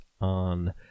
on